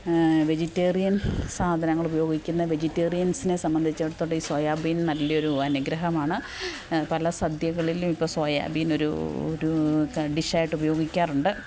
vegetarian സാധനങ്ങൾ ഉപയോഗിക്കുന്ന വെജിറ്റേറിയൻസിനെ സംബന്ധിച്ചെടുത്തോളം ഈ സോയാബീൻ നല്ലയൊരു അനുഗ്രഹമാണ് പല സദ്യകളിലും ഇപ്പോൾ സോയാബീൻ ഒരു ഒരു ഡിഷായിട്ട് ഉപയോഗിക്കാറുണ്ട്